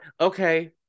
okay